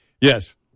Yes